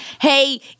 hey